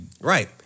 right